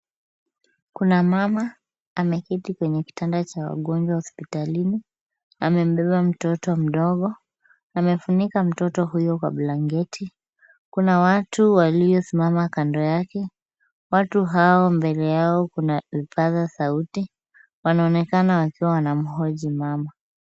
Kuna mama ameketi kwenye kitanda cha wagonjwa hospitalini, amembeba mtoto mdogo, amefunika mtoto huyo kwa blanketi. Kuna watu waliosimama kando yake. Watu hao mbele yao kuna vipaza sauti. Wanaonekana wakiwa wanamhoji mama.